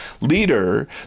leader